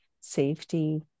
safety